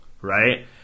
right